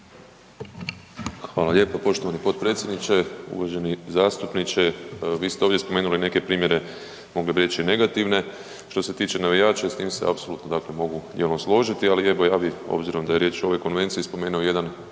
Hvala lijepo poštovani potpredsjedniče. Uvaženi zastupniče vi ste ovdje spomenuli neke primjere mogli bi reći negativne što se tiče navijača i s tim se apsolutno dakle mogu složiti, ali evo ja bi obzirom da je riječ o ovoj konvenciji spomenuo jedan